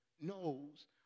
knows